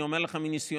אני אומר לך מניסיוני.